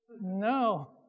No